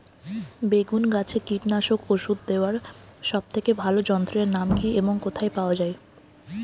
বেগুন গাছে কীটনাশক ওষুধ দেওয়ার সব থেকে ভালো যন্ত্রের নাম কি এবং কোথায় পাওয়া যায়?